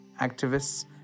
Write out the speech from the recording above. activists